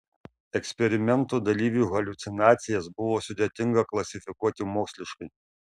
eksperimento dalyvių haliucinacijas buvo sudėtinga klasifikuoti moksliškai